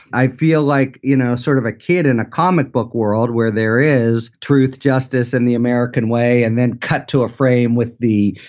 i feel like, you know, sort of a kid in a comic book world where there is truth, justice and the american way and then cut to a-frame with the,